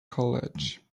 college